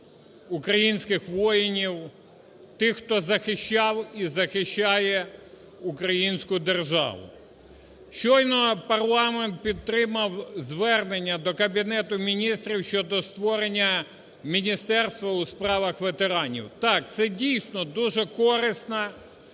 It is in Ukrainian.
українських воїнів, тих, хто захищав і захищає українську державу. Щойно парламент підтримав звернення до Кабінету Міністрів щодо створення Міністерства у справах ветеранів. Так, це дійсно дуже корисна,